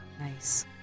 nice